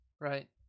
Right